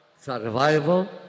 survival